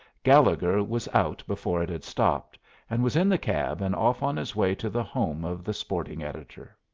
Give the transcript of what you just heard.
gallegher was out before it had stopped and was in the cab and off on his way to the home of the sporting editor.